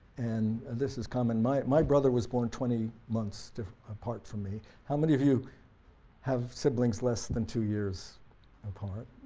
and this is common my my brother was born twenty months apart from me. how many of you have siblings less than two years apart?